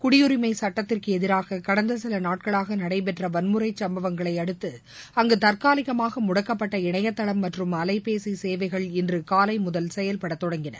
குடியுரிஸம சட்டத்திற்கு எதிராக கடந்த சில நாட்களாக நடைபெற்ற வன்முறை சம்பவங்களை அடுத்து அங்கு தற்காலிகமாக முடக்கப்பட்ட இணையதளம் மற்றும் அலைபேசி சேவைகள் இன்று காலை முதல் செயல்பட தொடங்கின